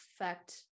affect